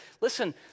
Listen